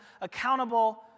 accountable